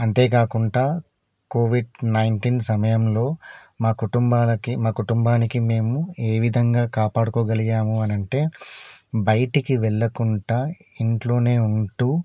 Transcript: అంతే కాకుండా covid nineteen సమయంలో మా కుటుంబాలకి మా కుటుంబానికి మేము ఏ విధంగా కాపాడుకోగలిగాము అని అంటే బయటికి వెళ్ళకుండా ఇంట్లోనే ఉంటూ